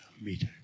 meet